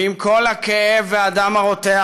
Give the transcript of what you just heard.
ועם כל הכאב והדם הרותח,